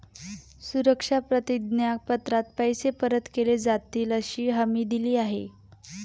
सुरक्षा प्रतिज्ञा पत्रात पैसे परत केले जातीलअशी हमी दिली आहे